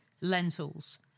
lentils